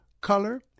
color